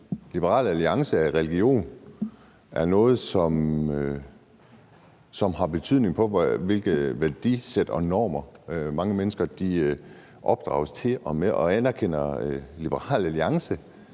Liberal Alliance, at religion er noget, som har betydning for, hvilke værdisæt og normer mange mennesker opdrages til og med, og anerkender Liberal Alliance,